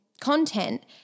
content